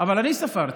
אבל אני ספרתי.